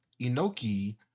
Inoki